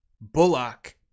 Bullock